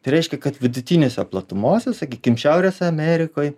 tai reiškia kad vidutinėse platumose sakykim šiaurės amerikoj